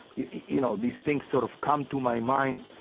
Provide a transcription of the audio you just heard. you know these things sort of come to my mind